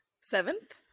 Seventh